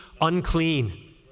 unclean